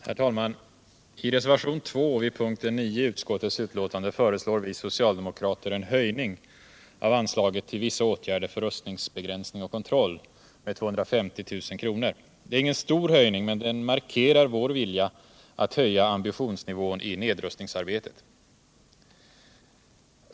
Herr talman! I reservationen 2 vid punkten 9 i utskottets betänkande föreslår vi socialdemokrater en höjning av anslaget till Vissa åtgärder för rustningsbegränsning och kontroll med 250 000 kr. Det är ingen stor höjning, men den markerar vår vilja att höja ambitionsnivån i nedrustningsarbetet.